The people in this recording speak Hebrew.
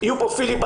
יהיו פה פיליבסטרים.